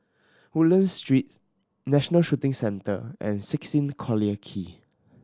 Woodlands Street National Shooting Centre and sixteen Collyer Quay